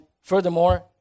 furthermore